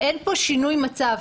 שאין פה שינוי מצב,